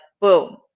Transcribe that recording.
boom